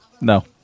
No